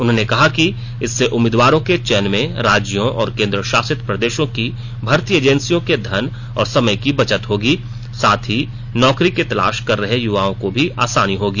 उन्होंने कहा कि इससे उम्मीदवारों के चयन में राज्यों और केंद्र शासित प्रदेशों की भर्ती एजेंसियों के धन और समय की बचत होगी साथ ही नौकरी की तलाश कर रहे युवाओँ को भी आसानी होगी